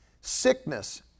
Sickness